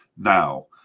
Now